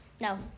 No